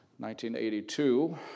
1982